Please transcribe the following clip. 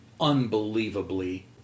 unbelievably